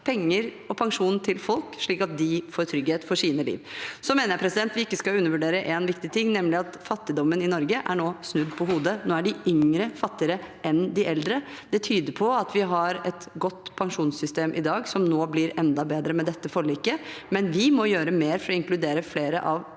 penger og pensjon til folk, slik at de får trygghet i sitt liv. Jeg mener vi ikke skal undervurdere noe viktig, nemlig at fattigdommen i Norge nå er snudd på hodet. Nå er de yngre fattigere enn de eldre. Det tyder på at vi har et godt pensjonssystem i dag, som nå blir enda bedre med dette forliket. Men vi må gjøre mer for å inkludere flere av